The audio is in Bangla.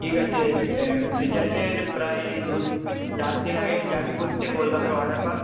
ঠিক আছে রেজাল্টের প্রায় দু চারদিন আগে যাবি ঘুরতে কলকাতার ওয়াটার পার্ক